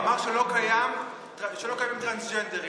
אמר שלא קיימים טרנסג'נדרים.